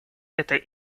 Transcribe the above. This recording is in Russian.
этой